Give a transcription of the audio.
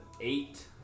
Eight